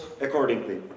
accordingly